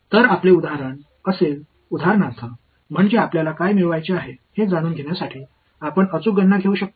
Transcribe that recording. तर पहिले उदाहरण असेल उदाहरणार्थ म्हणजे आपल्याला काय मिळवायचे आहे हे जाणून घेण्यासाठी आपण अचूक गणना घेऊ शकता